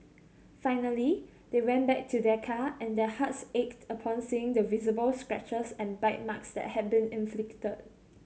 finally they went back to their car and their hearts ached upon seeing the visible scratches and bite marks that had been inflicted